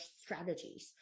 strategies